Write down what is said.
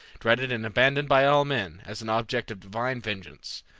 dreaded and abandoned by all men, as an object of divine vengeance.